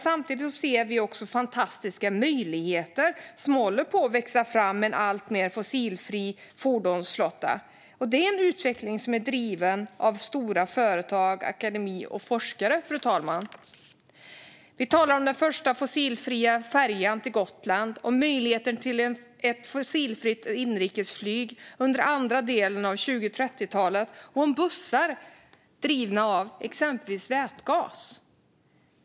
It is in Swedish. Samtidigt ser vi fantastiska möjligheter som håller på att växa fram med en alltmer fossilfri fordonsflotta. Det är en utveckling som är driven av stora företag, akademi och forskare, fru talman. Vi talar om den första fossilfria färjan till Gotland, om möjligheten till ett fossilfritt inrikesflyg under andra delen av 2030-talet och om bussar drivna av exempelvis vätgas.